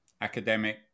academic